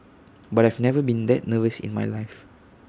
but I've never been that nervous in my life